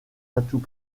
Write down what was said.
atout